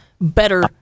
better